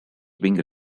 being